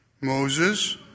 Moses